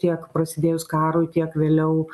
tiek prasidėjus karui tiek vėliau